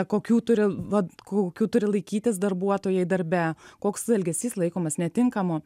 kokių turi va kokių turi laikytis darbuotojai darbe koks elgesys laikomas netinkamu